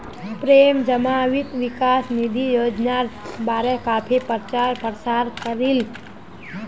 प्रेम जमा वित्त विकास निधि योजनार बारे काफी प्रचार प्रसार करील